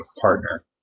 partner